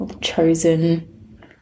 chosen